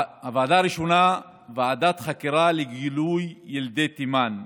הוועדה הראשונה, ועדת חקירה לגילוי ילדי תימן,